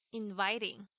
inviting